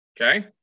Okay